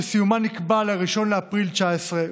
שסיומה נקבע ל-1 באפריל 2019,